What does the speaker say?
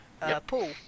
Paul